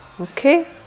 Okay